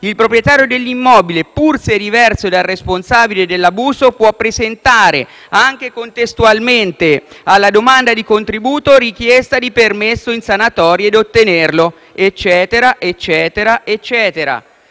il proprietario dell’immobile, pur se diverso dal responsabile dell’abuso, può presentare, anche contestualmente alla domanda di contributo, richiesta di permesso in sanatoria e ottenerlo (…)», eccetera eccetera eccetera.